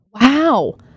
Wow